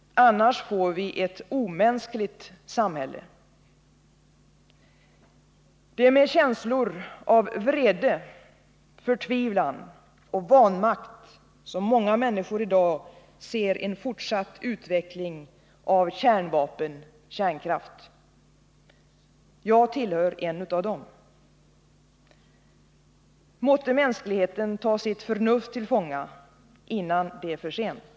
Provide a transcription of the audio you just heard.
Annars får vi ett omänskligt samhälle. Det är med känslor av vrede, förtvivlan och vanmakt som många människor i dag ser en fortsatt utveckling av kärnvapen och kärnkraft. Jag är en av dem. Måtte mänskligheten ta sitt förnuft till fånga innan det är för sent.